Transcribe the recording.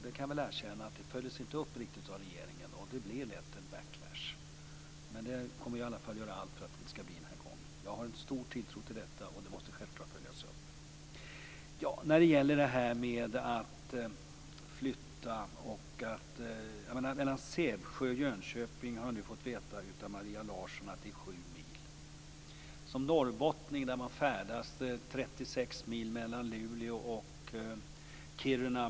Jag kan erkänna att det inte riktigt följdes upp av regeringen. Det blir lätt en backlash. Jag kommer att göra allt för att det inte skall bli så denna gång. Jag har en stor tilltro till detta, och det måste självklart följas upp. Så gäller det diskussionen om att flytta. Jag har nu fått veta av Maria Larsson att det är sju mil mellan Sävsjö och Jönköping. Som norrbottning färdas man 36 mil mellan Luleå och Kiruna.